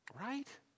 Right